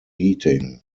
heating